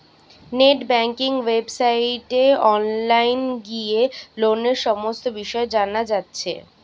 net banking ওয়েবসাইটে online গিয়ে লোনের সমস্ত বিষয় জানা যাচ্ছে